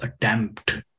attempt